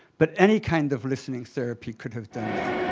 but any kind of listening therapy could have done that.